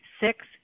Six